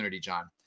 John